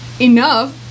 enough